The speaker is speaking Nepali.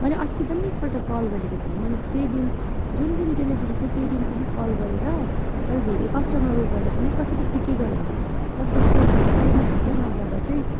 मैले अस्ति पनि एकपल्ट कल गरेको थिएँ मैले त्यो दिन जुन दिन डेलिभेरी थियो त्यही दिन पनि कल गरेर मैले धेरै कस्टमर उयो गर्दा पनि कसैले पिक्कै गरेन तपाईँको स्टोरको कसैले नि पिक्कै नगर्दा चाहिँ